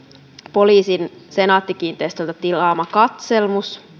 poliisin senaatti kiinteistöiltä tilaama katselmus